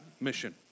mission